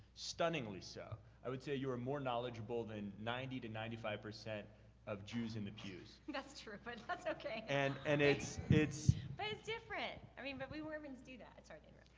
stunningly so. i would say you are more knowledgeable than ninety to ninety five percent of jews in nubuse. that's true, but that's okay. and and it's it's but it's different. i mean, but we mormons do that. sorry